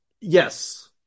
Yes